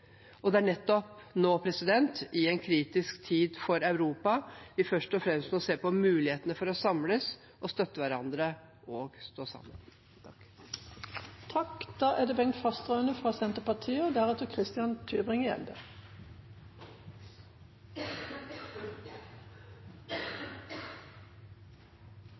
Det er nettopp nå, i en kritisk tid for Europa, vi først og fremst må se på mulighetene for å samles, støtte hverandre og stå sammen. Vi ser at utviklingen i Polen på flere områder har vært krevende, og